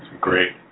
great